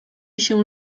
się